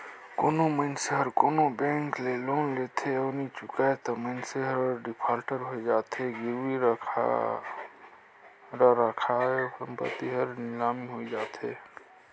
कोनो मइनसे हर कोनो बेंक ले लोन लेथे अउ नी चुकाय ता मइनसे हर डिफाल्टर होए जाथे, गिरवी रराखे संपत्ति हर लिलामी होए जाथे